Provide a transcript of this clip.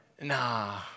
nah